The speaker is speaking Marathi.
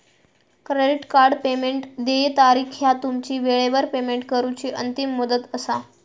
क्रेडिट कार्ड पेमेंट देय तारीख ह्या तुमची वेळेवर पेमेंट करूची अंतिम मुदत असा